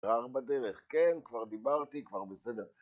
גרר בדרך. כן, כבר דיברתי, כבר בסדר.